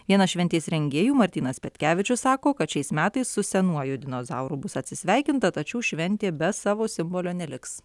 vienas šventės rengėjų martynas petkevičius sako kad šiais metais su senuoju dinozauru bus atsisveikinta tačiau šventė be savo simbolio neliks